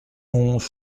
onze